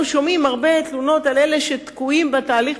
אנחנו שומעים הרבה תלונות על אלה שתקועים בתהליך,